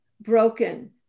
broken